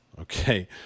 okay